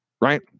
right